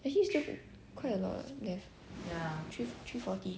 actually it's still quite a lot eh there three three forty